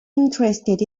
interested